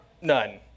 None